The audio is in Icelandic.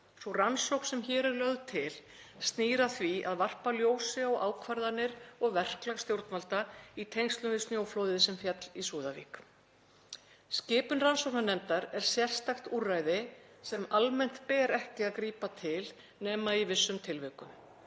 Sú rannsókn sem hér er lögð til snýr að því að varpa ljósi á ákvarðanir og verklag stjórnvalda í tengslum við snjóflóðið sem féll í Súðavík. Skipun rannsóknarnefndar er sérstakt úrræði sem almennt ber ekki að grípa til nema í vissum tilvikum.